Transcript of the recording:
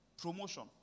promotion